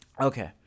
Okay